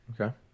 okay